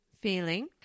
feeling